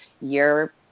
year